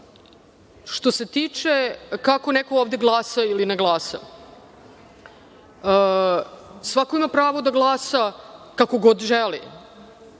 se tiče kako neko ovde glasa ili ne glasa, svako ima pravo da glasa kako god želi.